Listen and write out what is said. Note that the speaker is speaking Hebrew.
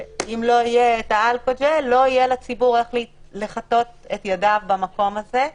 ואם לא יהיה את האלכוג'ל לא יהיה לציבור איך לחטא את ידיו במקום הזה.